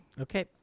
Okay